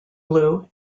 blue